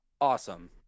Awesome